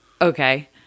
Okay